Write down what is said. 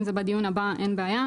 אם זה בדיון הבא אין בעיה,